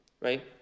right